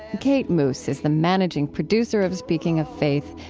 kate moos is the managing producer of speaking of faith.